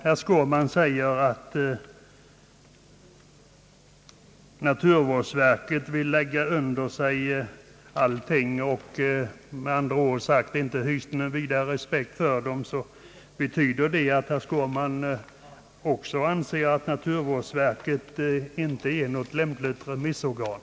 Herr Skårman säger att naturvårdsverket vill lägga under sig allting och hyser alltså inte någon vidare respekt för detta verk. Betyder detta att herr Skårman också anser att statens natur vårdsverk inte är ett lämpligt remissorgan?